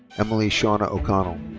emily shauna o'connell.